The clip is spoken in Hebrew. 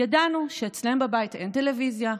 ידענו שאצלם בבית אין טלוויזיה,